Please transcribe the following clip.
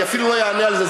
אני אפילו לא אענה על זה.